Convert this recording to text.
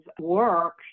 work